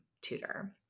tutor